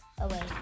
away